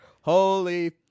Holy